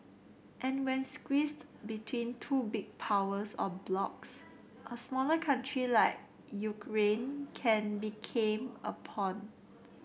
and when squeezed between two big powers or blocs a smaller country like Ukraine can became a pawn